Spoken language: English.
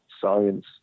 science